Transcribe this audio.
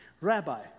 Rabbi